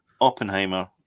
Oppenheimer